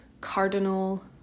cardinal